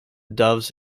doves